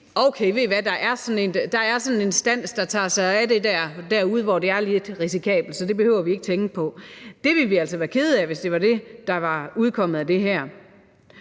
Okay, ved I hvad, der er sådan en instans, der tager sig af det derude, hvor det er lidt risikabelt, så det behøver vi ikke tænke på? Vi vil altså være kede af, hvis det er det, der er udkommet af det her.